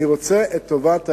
אני רוצה את טובת העניין,